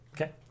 Okay